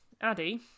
Addy